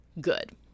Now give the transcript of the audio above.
good